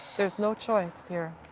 there's no choice here.